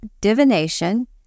divination